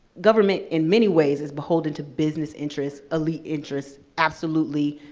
government, in many ways, is beholden to business interests, elite interests, absolutely,